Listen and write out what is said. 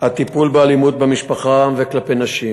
הטיפול באלימות במשפחה ובאלימות כלפי נשים,